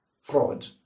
fraud